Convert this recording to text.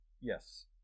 yes